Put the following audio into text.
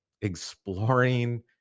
exploring